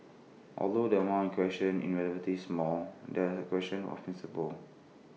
although the amount question in relatively small there is A question of principle